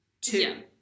Two